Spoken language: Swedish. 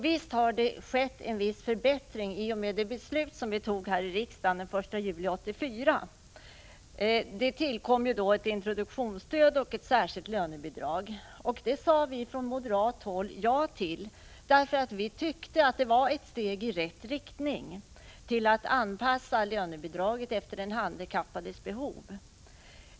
Visst har det skett en viss förbättring i och med det beslut som vi tog här i riksdagen den 1 juli 1984. Då tillkom ett introduktionsstöd och ett särskilt lönebidrag. Detta sade vi från moderat håll ja till, därför att vi tyckte att det var ett steg i rätt riktning att anpassa lönebidraget efter den handikappades behov.